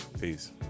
peace